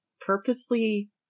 purposely